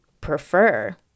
prefer